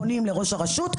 פונים לראש הרשות,